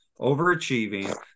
overachieving